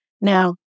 Now